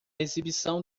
exibição